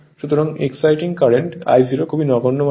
সুতরাং exciting current I0 খুবই নগণ্য মানের হয়